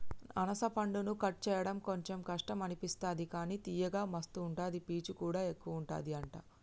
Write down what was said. అనాస పండును కట్ చేయడం కొంచెం కష్టం అనిపిస్తది కానీ తియ్యగా మస్తు ఉంటది పీచు కూడా ఎక్కువుంటది అంట